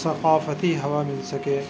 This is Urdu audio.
ثقافتی ہوا مل سکے